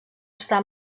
està